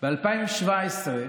מסוימת ונעשה אותה מייד על ההתחלה ארצי,